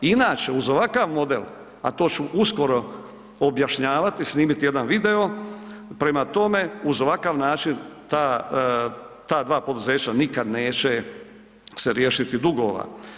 Inače uz ovakav model, a to ću uskoro objašnjavati, snimiti jedan video, prema tome uz ovakav način ta dva poduzeća nikad se neće riješiti dugova.